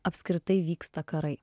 apskritai vyksta karai